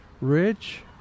Rich